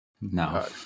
No